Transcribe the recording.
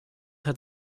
hat